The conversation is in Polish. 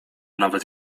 nawet